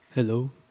Hello